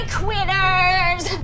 quitters